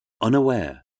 unaware